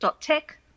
tech